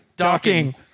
Docking